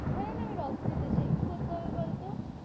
ওখানে না আমি রক্ত দিতে চাই কি করতে হবে বলতো